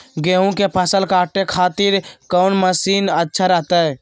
गेहूं के फसल काटे खातिर कौन मसीन अच्छा रहतय?